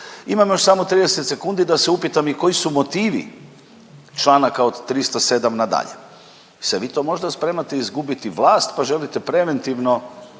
Imam još samo 30 sekundi da se upitam i koji su motivi članaka od 307. nadalje? Jel se vi to možda spremate izgubiti vlast, pa želite preventivno